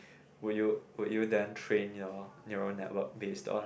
would you would you dare train your neuro network base on